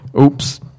Oops